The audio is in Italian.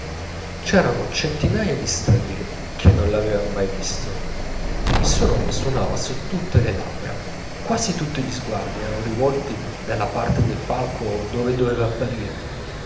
c'erano centinaia di stranieri che non l'avevano mai visto il suo nome suonava su tutte le labbra quasi tutti gli sguardi eran rivolti dalla parte del palco dove doveva apparire